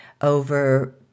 over